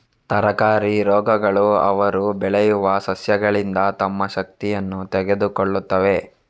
ತರಕಾರಿ ರೋಗಗಳು ಅವರು ಬೆಳೆಯುವ ಸಸ್ಯಗಳಿಂದ ತಮ್ಮ ಶಕ್ತಿಯನ್ನು ತೆಗೆದುಕೊಳ್ಳುತ್ತವೆ